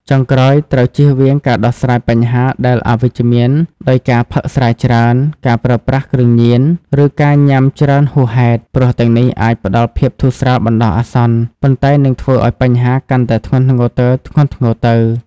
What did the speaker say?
ចុងក្រោយត្រូវជៀសវាងការដោះស្រាយបញ្ហាដែលអវិជ្ជមានដោយការផឹកស្រាច្រើន ការប្រើប្រាស់គ្រឿងញៀន ឬការញ៉ាំច្រើនហួសហេតុ ព្រោះទាំងនេះអាចផ្តល់ភាពធូរស្រាលបណ្តោះអាសន្ន ប៉ុន្តែនឹងធ្វើឱ្យបញ្ហាកាន់តែធ្ងន់ធ្ងរទៅៗ។